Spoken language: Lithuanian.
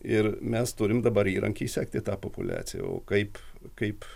ir mes turim dabar įrankį sekti tą populiaciją o kaip kaip